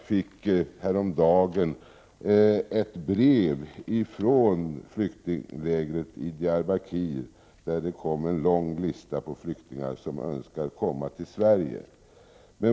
Jag fick häromdagen ett brev från flyktinglägret i Diyarbakir, med 17 mars 1989 en lång lista på flyktingar som önskar komma till Sverige.